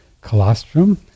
colostrum